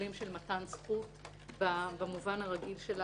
מתן זכות במובן הרגיל של ההצעה.